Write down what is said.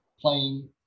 playing